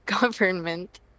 government